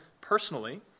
personally